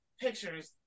pictures